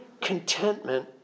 contentment